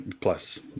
plus